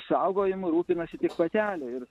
saugojimu rūpinasi tik patelė ir